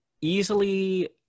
easily